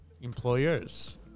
employers